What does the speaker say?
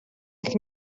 гэх